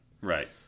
Right